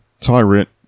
Tyrant